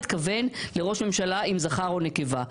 התכוון לראש הממשלה אם זכר או נקבה,